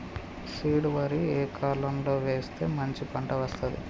Seed వరి ఏ కాలం లో వేస్తే మంచి పంట వస్తది?